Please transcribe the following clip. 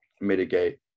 mitigate